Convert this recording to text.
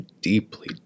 deeply